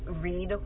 read